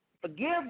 Forgive